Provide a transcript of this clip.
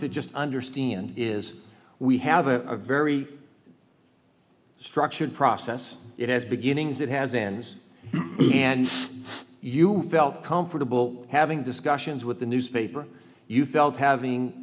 to just understand is we have a very structured process it has beginnings it has ends and you felt comfortable having discussions with the newspaper you felt having